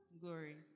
Glory